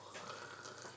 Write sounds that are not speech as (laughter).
(noise)